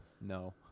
no